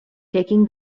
taking